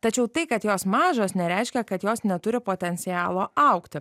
tačiau tai kad jos mažos nereiškia kad jos neturi potencialo augti